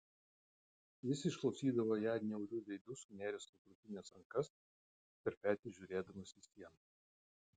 jis išklausydavo ją niauriu veidu sunėręs ant krūtinės rankas per petį žiūrėdamas į sieną